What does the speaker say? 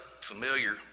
familiar